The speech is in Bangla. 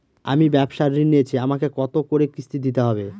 আমি ব্যবসার ঋণ নিয়েছি আমাকে কত করে কিস্তি দিতে হবে?